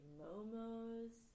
momos